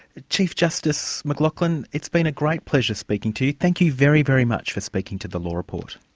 chief justice mclachlin, it's been a great pleasure speaking to you. thank you very, very much for speaking to the law report.